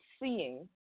seeing